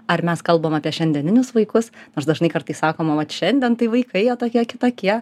ar mes kalbam apie šiandieninius vaikus aš dažnai kartais sakoma vat šiandien tai vaikai jie tokie kitokie